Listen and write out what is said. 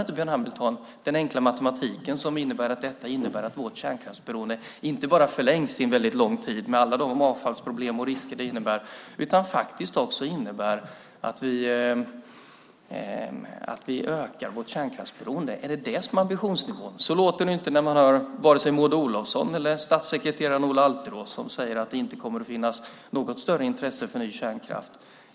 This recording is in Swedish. Håller Björn Hamilton inte med om den enkla matematiken som handlar om att detta innebär att vårt kärnkraftsberoende inte bara förlängs under en väldigt lång tid med alla de avfallsproblem som det innebär utan faktiskt också innebär att vi ökar vårt kärnkraftsberoende? Är det detta som är ambitionsnivån? Så låter det inte vare sig när man hör Maud Olofsson eller statssekreteraren Ola Alterå som säger att det inte kommer att finnas något större intresse för ny kärnkraft.